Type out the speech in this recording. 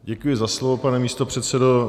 Děkuji za slovo, pane místopředsedo.